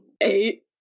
eight